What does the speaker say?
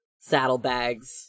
saddlebags